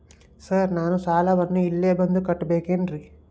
Sir ನಾನು ಸಾಲವನ್ನು ಇಲ್ಲೇ ಬಂದು ಕಟ್ಟಬೇಕೇನ್ರಿ?